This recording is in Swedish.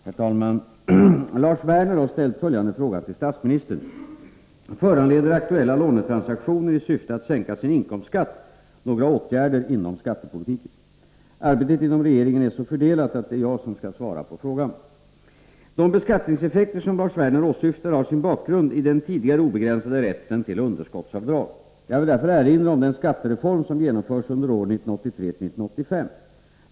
Herr talman! Lars Werner har ställt följande fråga till statsministern: Föranleder aktuella lånetransaktioner, i syfte att sänka sin inkomstskatt, några åtgärder inom skattepolitiken? Arbetet inom regeringen är så fördelat att det är jag som skall svara på frågan. De beskattningseffekter som Lars Werner åsyftar har sin bakgrund i den tidigare obegränsade rätten till underskottsavdrag. Jag vill därför erinra om den skattereform som genomförs under åren 1983-1985.